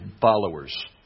followers